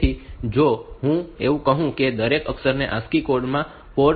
તેથી જો હું એવું કહું તો દરેક અક્ષરને ASCII કોડ માં કોડ કરી શકાય છે